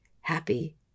happy